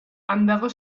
andere